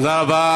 תודה רבה.